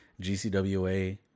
GCWA